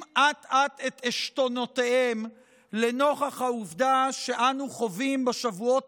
אט-אט את עשתונותיהם נוכח העובדה שאנו חווים בשבועות